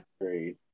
Great